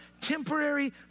temporary